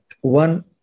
one